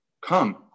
Come